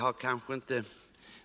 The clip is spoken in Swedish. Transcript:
Fru talman!